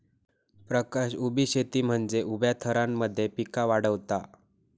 प्रकाश उभी शेती म्हनजे उभ्या थरांमध्ये पिका वाढवता